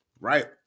right